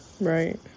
Right